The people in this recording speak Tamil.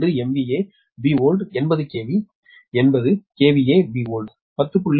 2 Bold 80KV 80 Bold 10